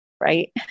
right